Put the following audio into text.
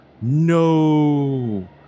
No